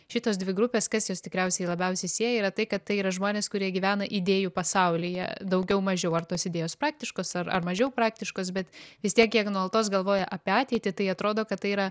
šitas dvi grupes kas jus tikriausiai labiausiai sieja yra tai kad tai yra žmonės kurie gyvena idėjų pasaulyje daugiau mažiau ar tos idėjos praktiškos ar mažiau praktiškos bet vis tiek kiek nuolatos galvoja apie ateitį tai atrodo kad tai yra